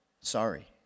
sorry